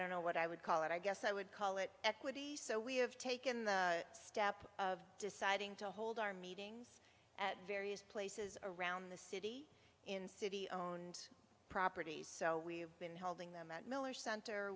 don't know what i would call it i guess i would call it equity so we have taken the step of deciding to hold our meetings at various places around the city in city owned properties so we've been holding them at miller center